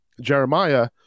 Jeremiah